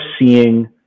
seeing